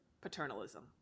paternalism